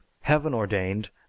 heaven-ordained